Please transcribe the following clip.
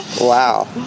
wow